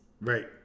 Right